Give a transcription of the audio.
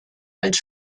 als